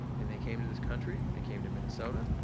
and they came to this country, they came to minnesota,